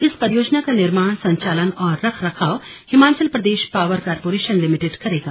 इस परियोजना का निर्माण संचालन और रखरखाव Himachal Pradesh power corporation limited करेगा